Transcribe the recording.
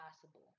possible